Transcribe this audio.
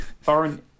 foreign